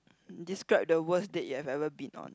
describe the worst date you have ever been on